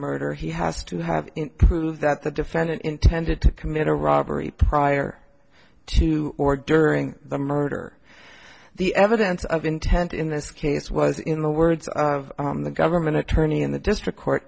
murder he has to have prove that the defendant intended to commit a robbery prior to or during the murder the evidence of intent in this case was in the words of the government attorney in the district court